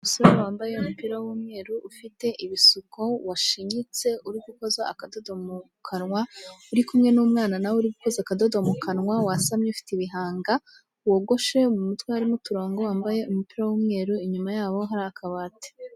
Umusore wambaye umupira w'umweru ufite ibisuko washinyitse uri gukoza akadodo mu kanwa, uri kumwe n'umwana nawe uri gukoza akadodo mu kanwa wasamye, ufite ibihanga wogoshe mu mutwe harimo uturango, wambaye umupira w'umweru, inyuma yabo hari akabati.